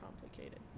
complicated